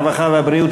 הרווחה והבריאות,